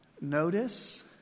Notice